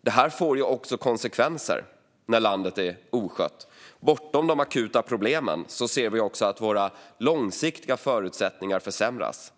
Det får också konsekvenser när landet är oskött. Bortom de akuta problemen ser vi också att våra långsiktiga förutsättningar försämras.